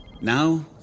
Now